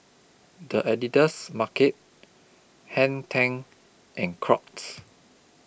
The Editor's Market Hang ten and Crocs